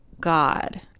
God